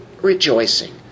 rejoicing